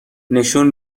نشون